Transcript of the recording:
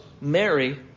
Mary